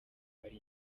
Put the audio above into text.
ari